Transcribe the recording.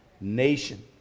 nation